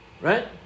right